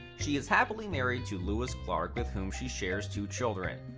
she is happily married to lewis clark with whom she shares two children.